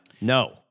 No